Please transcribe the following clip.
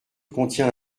contient